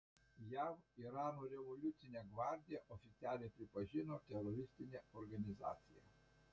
jav irano revoliucinę gvardiją oficialiai pripažino teroristine organizacija